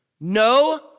No